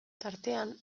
tartean